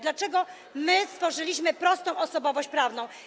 Dlaczego stworzyliśmy prostą osobowość prawną?